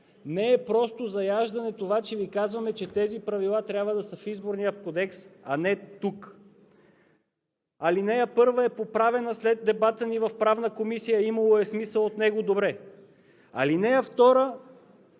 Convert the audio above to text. Не е просто заяждане това, че Ви казваме, че тези правила трябва да са в Изборния кодекс, а не тук! Алинея 1 е поправена след дебата ни в Правна комисия – имало е смисъл от него, добре. Алинея 2